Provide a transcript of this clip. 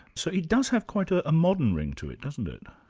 so it does have quite a modern ring to it, doesn't it?